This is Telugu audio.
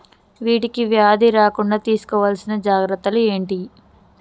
వీటికి వ్యాధి రాకుండా తీసుకోవాల్సిన జాగ్రత్తలు ఏంటియి?